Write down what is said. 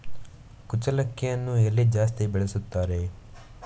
ಕುಚ್ಚಲಕ್ಕಿಯನ್ನು ಎಲ್ಲಿ ಜಾಸ್ತಿ ಬೆಳೆಸುತ್ತಾರೆ?